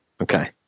Okay